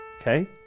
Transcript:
okay